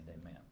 amen